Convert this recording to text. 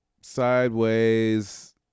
Sideways